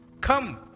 come